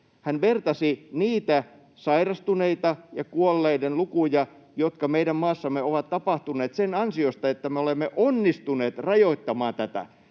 hän vertasi niitä sairastuneiden ja kuolleiden lukuja, jotka meidän maassamme ovat tapahtuneet sen ansiosta, että me olemme onnistuneet rajoittamaan tätä.